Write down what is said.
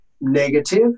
negative